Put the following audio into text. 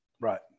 Right